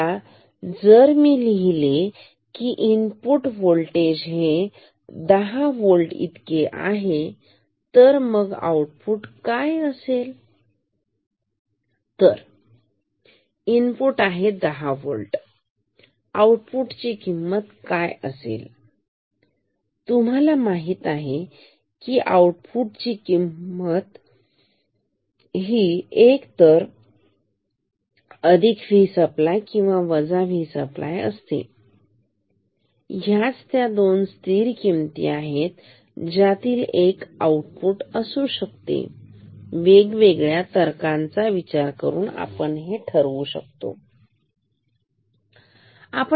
आता जर मी लिहिले की इनपुट वोल्टेज हे दहा होल्ट इतके आहे मग आऊटपुट काय असेल तर इनपुट आहे दहा वोल्ट आउटपुट ची किंमत काय असेल तर तुम्हाला माहित आहे आउटपुट हे एक तर V सप्लाय किंवा V सप्लाय असते ह्याच त्या 2 स्थिर किमती आहेत ज्यातील एक आउटपुट असू शकते वेगवेगळ्या तर्काचा विचार करून आपण हे ठरवू या